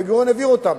בן-גוריון העביר אותם.